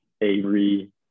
Avery